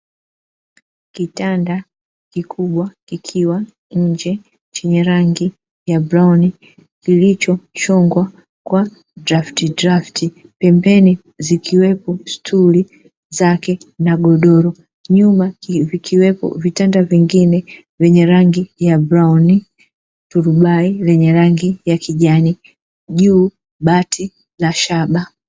Kitanda kikubwa kikiwa nje chenye rangi ya brown kilicho chongwa kwa drafti drafti pembeni zikiwepo sturi zake na godoro nyuma vikiwepo vitanda vingine vyenye rangi ya brown, turubai lenye rangi ya kijani juu bati la shaba.